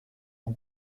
non